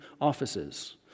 offices